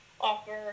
offer